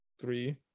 three